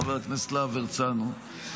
חבר הכנסת להב הרצנו,